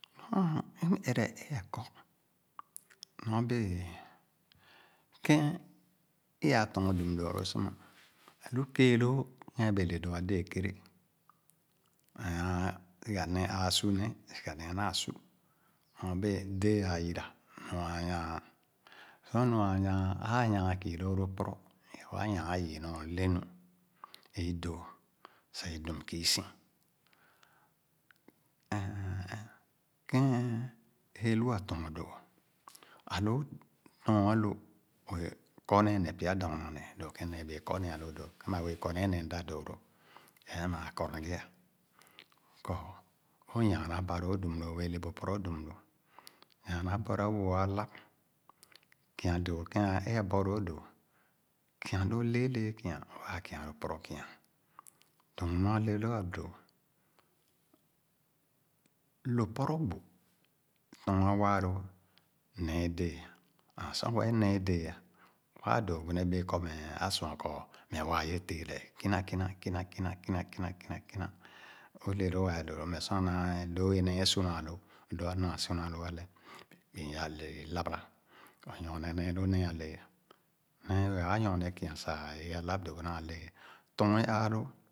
Nu é m'ere lõ a'kɔ nyorbe͂e͂, ke͂ iya tɔ̃ɔ̃n dum dõ alo sor'ma, ãã lu ke͂e͂ lòò ke͂n a'be͂e͂ le dõ a'de͂e͂ ke͂rè. Ẽ ahn sigha ne͂e͂ ãã su nee, sigha ne͂e͂ naa su nyorbee dee ayira, nu aa nyaan. Sor nu ãã nyããn, ãã nyãã kii lõõ lõ pɔrɔ, kẽrẽwõ, a nyaan yii nyor le nu é i dõõ sah i dum kiisi Ehn, ke͂n e'lu a'tɔɔn dõ, a'lõ o'tɔɔn alõ o'e͂, kɔne neh pya dɔɔna neh dõõ ke͂n ne͂e͂ be͂e͂ kɔne alõ dõ; ke͂n ba be͂e͂ kɔnee neh m'da dõõlõ. Ẽe maa kɔna ghe kɔ o' yana ba lõõ dum lõ õ'jwe͂e͂ le bu pɔrɔ dum lo; nyaana bõrò o'ãlap, kia dõõ ke͂ abɔlõõ, dõ. Kia lõõ le͂e͂ le͂e͂ kia waa kia lõõ pɔrɔ kia. Dum nua le loo a'dou. Lo pɔrɔ gbo tɔɔn a'waa lõõ, neh ye dèè and sor waa neh dèè ã, waa dõõ gbene be͂e͂ kɔ meh a'sua kɔ meh waa ye le͂e͂ra e͂. Kina kura, kina kina, kina, kina, kina, kina; o'le lo͂o͂ do͂o͂ wo͂ mmeh sor a'nae, lo͂o͂ ye nae su na lo͂o͂, lo'a naa su na lo͂o͂ alɛ. Bi aa ale bi lãbarà, ã nyorne nee lõ ne͂e͂ a'le͂e͂. Ne͂e͂ ãã nyorne kia sah ye a'lap dogo naa le͂e͂ tɔɔn ye ããlo͂o͂